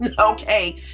okay